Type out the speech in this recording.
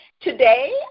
Today